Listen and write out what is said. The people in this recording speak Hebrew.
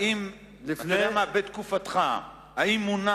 האם בתקופתך מונה